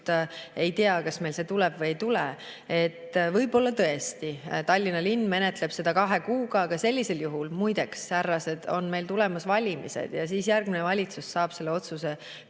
ei tea, kas see tuleb või ei tule? Võib-olla tõesti Tallinna linn menetleb seda kahe kuuga, aga sellisel juhul – muide, härrased, meil on tulemas valimised – järgmine valitsus saab selle otsuse ka kohe